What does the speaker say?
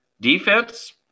defense